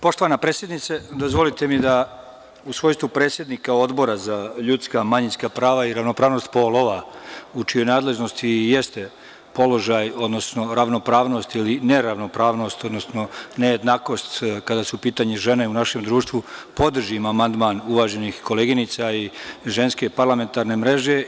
Poštovana predsednice, dozvolite mi da u svojstvu predsednika Odbora za ljudska, manjinska prava i ravnopravnost polova u čijoj nadležnosti i jeste položaj odnosno ravnopravnost ili neravnopravnost odnosno nejednakost kada su pitanju žene u našem društvu, podržim amandman uvaženih koleginica i Ženske parlamentarne mreže.